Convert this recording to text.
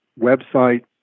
website